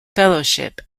fellowship